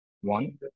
One